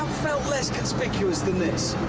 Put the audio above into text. felt less conspicuous than this.